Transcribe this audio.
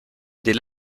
dès